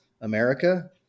America